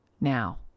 now